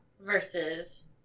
versus